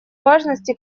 важности